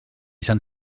sant